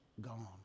gone